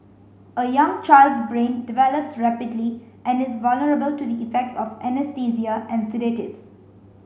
a young child's brain develops rapidly and is vulnerable to the effects of anaesthesia and sedatives